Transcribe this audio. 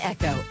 Echo